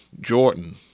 Jordan